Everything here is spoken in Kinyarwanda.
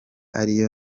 ariyo